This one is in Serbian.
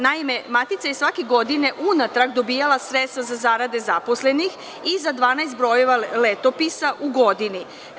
Naime, Matica je svake godine unatrag dobijala sredstva za zarade zaposlenih i za 12 brojeva Letopisa u godini.